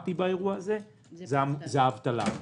דרמטי באירוע הזה זאת האבטלה.